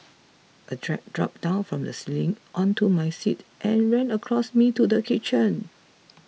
a drat dropped down from the ceiling onto my seat and ran across me to the kitchen